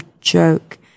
joke